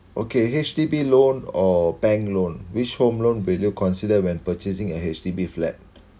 okay H_D_B loan or bank loan which home loan will you consider when purchasing a H_D_B flat